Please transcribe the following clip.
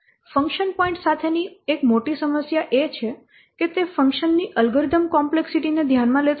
function point સાથેની એક મોટી સમસ્યા એ છે કે તે ફંક્શન ની અલ્ગોરિધમ કોમ્પ્લેક્સિટી ને ધ્યાનમાં લેતું નથી